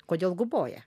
kodėl guboja